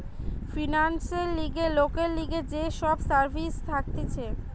ফিন্যান্সের লিগে লোকের লিগে যে সব সার্ভিস থাকতিছে